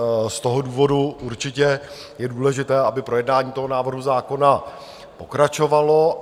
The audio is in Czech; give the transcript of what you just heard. Z toho důvodu určitě je důležité, aby projednání návrhu zákona pokračovalo.